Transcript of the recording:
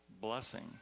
blessing